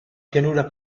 pianura